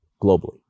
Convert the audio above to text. globally